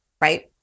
right